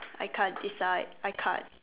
I can't decide I can't